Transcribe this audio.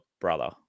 brother